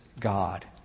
God